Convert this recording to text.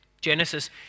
Genesis